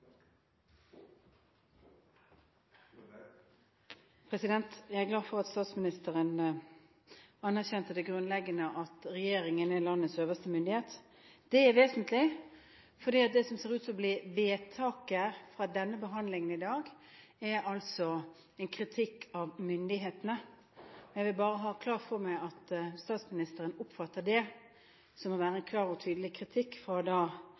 glad for at statsministeren anerkjente det grunnleggende: at regjeringen er landets øverste myndighet. Det er vesentlig, for det som ser ut til å bli vedtaket fra denne behandlingen i dag, er en kritikk av myndighetene. Jeg vil bare ha klart for meg at statsministeren oppfatter det som å være en klar og tydelig kritikk fra